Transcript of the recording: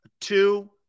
two